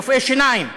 ורופאי שיניים,